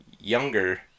younger